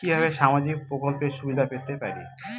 কিভাবে সামাজিক প্রকল্পের সুবিধা পেতে পারি?